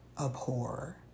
abhor